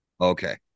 Okay